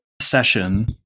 session